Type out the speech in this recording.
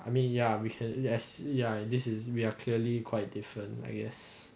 I mean ya we can yes ya this is we are clearly quite different I guess